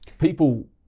people